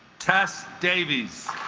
test davies